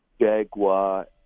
Jaguar